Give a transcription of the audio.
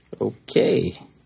Okay